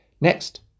Next